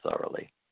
thoroughly